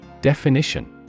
Definition